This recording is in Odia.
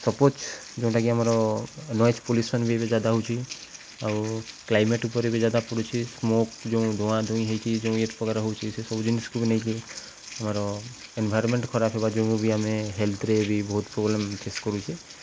ସପୋଜ ଯେଉଁଟାକି ଆମର ନଏଜ ପଲ୍ୟୁସନ୍ ବି ଜ୍ୟାଦା ହଉଛି ଆଉ କ୍ଲାଇମେଟ ଉପରେ ବି ଜ୍ୟାଦା ପଡ଼ୁଛି ସ୍ମୋକ୍ ଯେଉଁ ଧଆଁ ଧୁଇଁ ହେଇଛି ଯେଉଁ ଏ ପକାର ହଉଛି ସେସବୁ ଜିନିଷକୁ ବି ନେଇକି ଆମର ଏନ୍ଭାରମେଣ୍ଟ ଖରାପ ହେବା ଯୋଗୁଁରୁ ବି ଆମେ ହେଲ୍ଥରେ ବି ବହୁତ ପ୍ରୋବ୍ଲେମ ଫେସ୍ କରୁଛେ